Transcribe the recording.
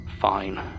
fine